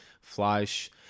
Flash